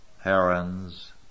herons